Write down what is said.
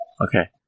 Okay